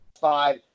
five